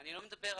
אני לא מדבר על